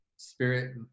spirit